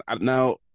Now